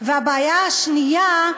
והבעיה השנייה,